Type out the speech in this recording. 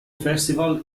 festival